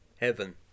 heaven